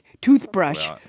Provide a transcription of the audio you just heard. toothbrush